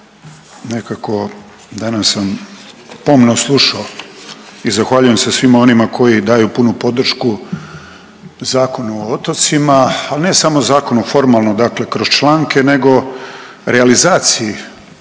nekako danas sam pomno slušao i zahvaljujem se svima onima koji daju punu podršku Zakonu o otocima, ali ne samo zakonu formalno, dakle kroz članke nego realizaciji